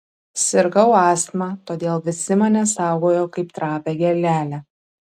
sirgau astma todėl visi mane saugojo kaip trapią gėlelę